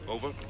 Over